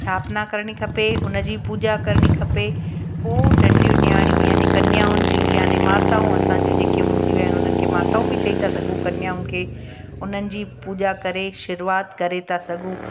स्थापना करिणी खपे उन जी पूॼा करिणी खपे पोइ नंढियूं नयाणियूं यानी कन्याऊं जूं यानी माताऊं असां जूं जेके हूंदियूं आहिनि उन्हनि खे माताऊं बि चई था सघूं कन्याऊं खे उन्हनि जी पूॼा करे शुरूआति करे था सघूं